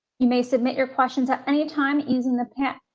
you may submit your questions at any time is in the past.